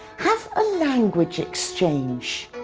have a language exchange.